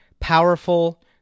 Powerful